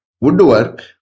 woodwork